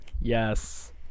Yes